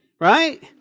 right